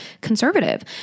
conservative